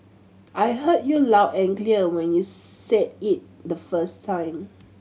I heard you loud and clear when you said it the first time